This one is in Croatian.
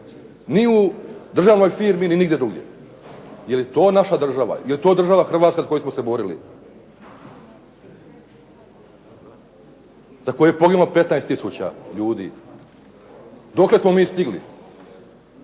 ni u državnoj firmi, ni nigdje drugdje. Jel' to naša država? Jel' to država Hrvatska za koju smo se borili? Za koju je poginulo 15 tisuća ljudi. Dokle smo mi stigli?